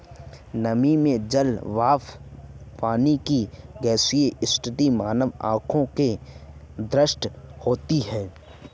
नमी में जल वाष्प पानी की गैसीय स्थिति मानव आंखों के लिए अदृश्य होती है